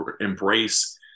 embrace